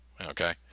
okay